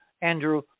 Andrew